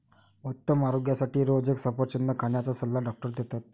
उत्तम आरोग्यासाठी रोज एक सफरचंद खाण्याचा सल्ला डॉक्टर देतात